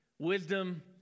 Wisdom